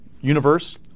universe